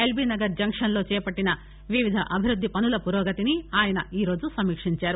ఎల్బినగర్ జంక్షన్లో చేపట్టిన వివిధ అభివృద్ది పనుల పురోగతిని ఆయన ఈరోజు సమీక్షించారు